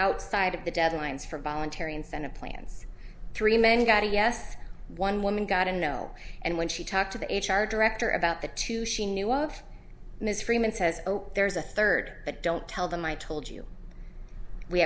outside of the deadlines for voluntary incentive plans three men got a yes one woman got a no and when she talked to the h r director about the two she knew of ms freeman says there's a third but don't tell them i told you we